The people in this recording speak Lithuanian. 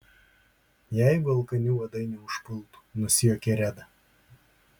jeigu alkani uodai neužpultų nusijuokė reda